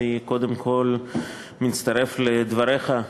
אני קודם כול מצטרף לדבריך,